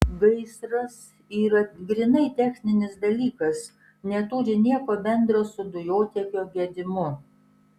gaisras yra grynai techninis dalykas neturi nieko bendro su dujotakio gedimu